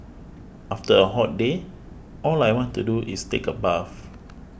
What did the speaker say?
after a hot day all I want to do is take a bath